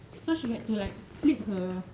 so she had to like flip her